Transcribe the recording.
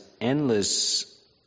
endless